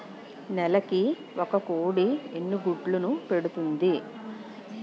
నెలకి ఒక కోడి ఎన్ని గుడ్లను పెడుతుంది?